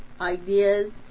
ideas